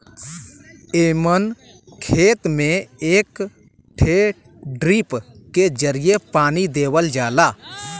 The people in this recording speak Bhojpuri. एमन खेत में एक ठे ड्रिप के जरिये पानी देवल जाला